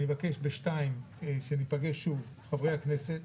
אני מבקש שניפגש שוב חברי הכנסת